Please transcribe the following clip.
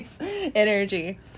energy